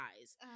eyes